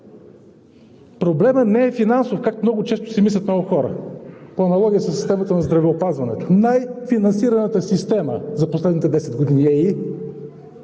Проблемът не е финансов, както много често си мислят много хора по аналогия с темата на здравеопазването – най-финансираната система е за последните десет години. Е,